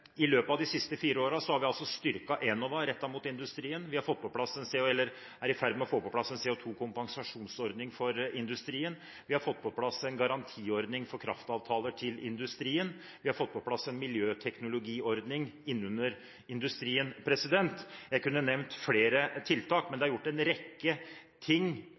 i løpet av de siste fire årene har vi styrket Enova rettet mot industrien, vi er i ferd med å få på plass en CO2-kompensasjonsordning for industrien, vi har fått på plass en garantiordning for kraftavtaler til industrien, og vi har fått på plass en miljøteknologiordning inn under industrien. Jeg kunne nevnt flere tiltak, men det er gjort en rekke ting